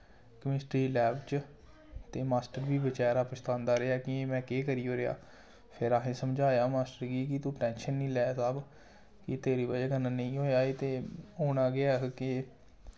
chemistry lab च ते master बी बचैरा पछतांदा रेहा कि एह् में केह् करी ओड़ेआ फिर असें समझाया मास्टर गी कि तू टेंशन निं लै साह्ब एह् तेरी बजह् कन्नै नेईं होया एह् ते होना गै ऐहा के